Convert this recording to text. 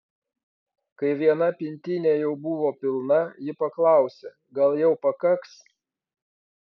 kai viena pintinė jau buvo pilna ji paklausė gal jau pakaks